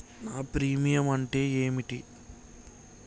నా ప్రీమియం అంటే ఏమిటి?